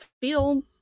feel